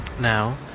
Now